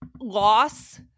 loss